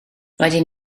rydyn